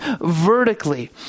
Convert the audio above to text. vertically